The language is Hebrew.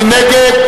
מי נגד?